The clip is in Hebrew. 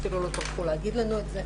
הם אפילו לא טרחו להגיד לנו את זה.